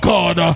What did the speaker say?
God